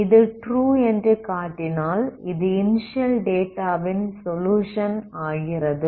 இது ட்ரு என்று காட்டினால் இது இனிஸியல் டேட்டாவின் சொலுயுஷன் ஆகிறது